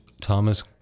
Thomas